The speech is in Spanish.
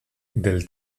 del